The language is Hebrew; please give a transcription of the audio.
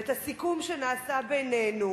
ואת הסיכום שנעשה בינינו,